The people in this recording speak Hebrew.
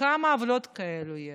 כמה עוולות כאלה יש,